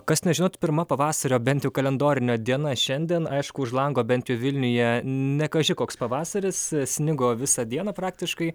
kas nežinot pirma pavasario bent jau kalendorinio diena šiandien aišku už lango bent jau vilniuje ne kaži koks pavasaris snigo visą dieną praktiškai